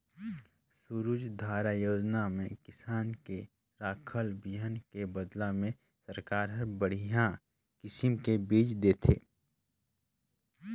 सूरजधारा योजना में किसान के राखल बिहन के बदला में सरकार हर बड़िहा किसम के बिज देथे